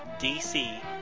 DC